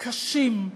קשים.